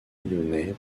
lyonnais